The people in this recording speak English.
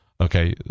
Okay